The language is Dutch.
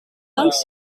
langs